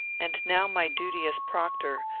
and now my duty as proctor,